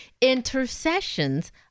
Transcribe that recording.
intercessions